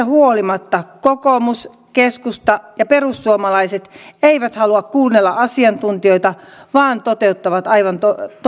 huolimatta kokoomus keskusta ja perussuomalaiset eivät halua kuunnella asiantuntijoita vaan toteuttavat aivan